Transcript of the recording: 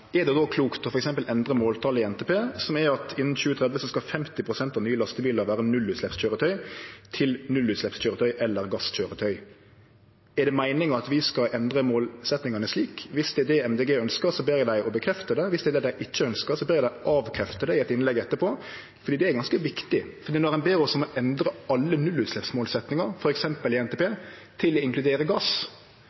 Er det då klokt f.eks. å endre måltalet i NTP, som er at innan 2030 skal 50 pst. av nye lastebilar vere nullutsleppskøyretøy, til nullutsleppskøyretøy eller gasskøyretøy? Er det meininga at vi skal endre målsetjingane slik? Dersom det er det Miljøpartiet Dei Grøne ønskjer, ber eg dei å bekrefte det. Dersom det er det dei ikkje ønskjer, ber eg dei avkrefte det i eit innlegg etterpå, for det er ganske viktig. Når ein ber oss om å endre alle nullutsleppsmålsetjingar, f. eks. i NTP,